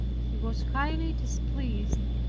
he was highly displeased,